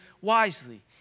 wisely